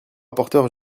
rapporteur